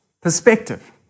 Perspective